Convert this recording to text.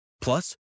Plus